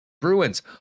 Bruins